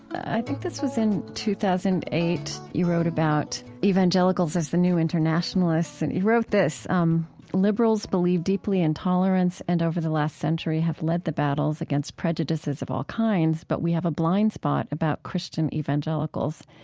i think this was in two thousand and eight, you wrote about evangelicals as the new internationalists. and you wrote this um liberals believe deeply in tolerance and over the last century have led the battles against prejudices of all kinds, but we have a blind spot about christian evangelicals.